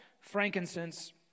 frankincense